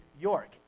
York